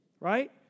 Right